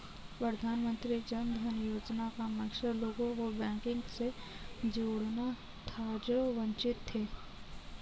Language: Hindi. प्रधानमंत्री जन धन योजना का मकसद लोगों को बैंकिंग से जोड़ना था जो वंचित थे